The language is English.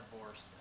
divorced